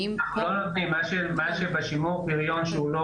כמו כל מה שבשימור פריון שהוא אינו